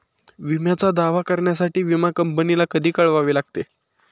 विम्याचा दावा करण्यासाठी विमा कंपनीला कधी कळवावे लागते?